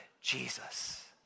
Jesus